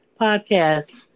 podcast